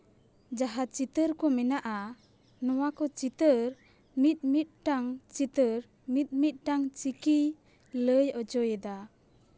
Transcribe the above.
ᱡᱟᱦᱟᱸ ᱪᱤᱛᱟᱹᱨ ᱠᱚ ᱢᱮᱱᱟᱜᱼᱟ ᱱᱚᱣᱟ ᱠᱚ ᱪᱤᱛᱟᱹᱨ ᱢᱤᱫ ᱢᱤᱫᱴᱟᱝ ᱪᱤᱛᱟᱹᱨ ᱢᱤᱫ ᱢᱤᱫᱴᱟᱝ ᱪᱤᱠᱤᱭ ᱞᱟᱹᱭ ᱚᱪᱚᱭᱮᱫᱟ